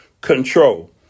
Control